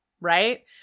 Right